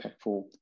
impactful